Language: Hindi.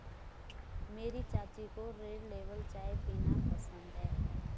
मेरी चाची को रेड लेबल चाय पीना पसंद है